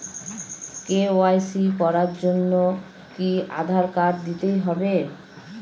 KYC করার জন্য কি আধার কার্ড দিতেই হবে?